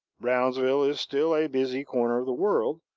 brownsville is still a busy corner of the world,